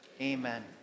Amen